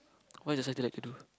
what exercise like to do